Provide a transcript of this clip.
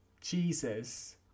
Jesus